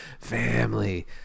family